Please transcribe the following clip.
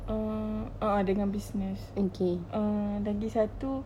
err a'ah dengan business err lagi satu